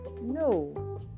no